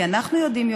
כי אנחנו יודעים,